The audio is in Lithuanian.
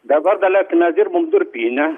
dabar daleiskim mes dirbom durpyne